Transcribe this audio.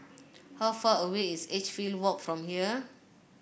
how far away is Edgefield Walk from here